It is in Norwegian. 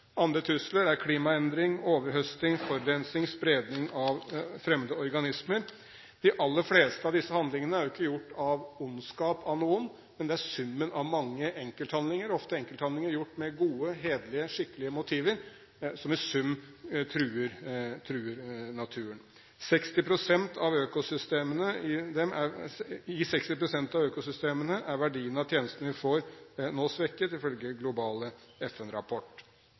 Andre trusler er klimaendringer, overhøsting, forurensing og spredning av fremmede organismer. De aller fleste av disse handlingene er jo ikke gjort av ondskap av noen, men det er summen av mange enkelthandlinger – ofte enkelthandlinger gjort med gode, hederlige og skikkelige motiver – som truer naturen. I 60 pst. av økosystemene er verdiene av tjenestene vi får, nå svekket ifølge